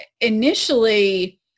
initially